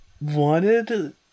wanted